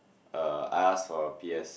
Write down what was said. uh I asked for a P_S